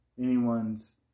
anyone's